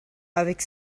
avec